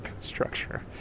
structure